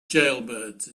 jailbirds